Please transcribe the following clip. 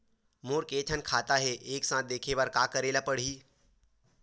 मोर के थन खाता हे एक साथ देखे बार का करेला पढ़ही?